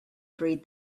breed